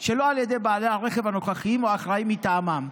שלא על ידי בעלי הרכב הנוכחיים או האחראים מטעמם.